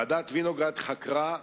ועדת-וינוגרד חקרה,